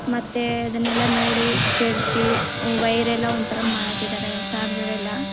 ಮತ್ತೇ ಅದನ್ನೆಲ್ಲ ನೋಡಿ ಕೆಡಿಸಿ ವೈರ್ ಎಲ್ಲ ಒಂಥರ ಮಾಡಾಕಿದ್ದಾರೆ ಚಾರ್ಜರ್ ಎಲ್ಲ